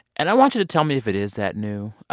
and i want you to tell me if it is that new.